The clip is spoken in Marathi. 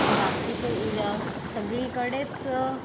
बाकीचे सगळीकडेच